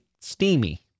steamy